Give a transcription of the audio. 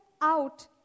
out